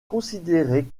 considéré